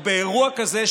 או אירוע כזה,